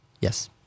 Yes